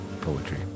poetry